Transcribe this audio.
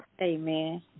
Amen